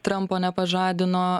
trampo nepažadino